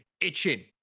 itching